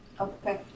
Okay